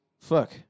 fuck